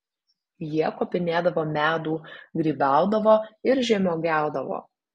jie kopinėdavo medų grybaudavo ir žemuogiaudavo